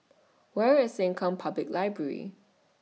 Where IS Sengkang Public Library